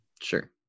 Sure